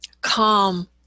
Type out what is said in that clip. calm